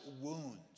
wounds